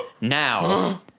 Now